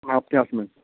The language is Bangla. না আপনি আসবেন